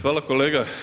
Hvala kolega.